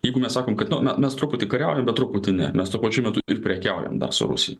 jeigu mes sakom kad nu mes truputį kariaujam bet truputį ne mes tuo pačiu metu ir prekiaujam su rusija